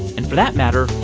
and for that matter,